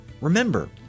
Remember